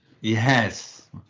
Yes